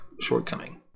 shortcoming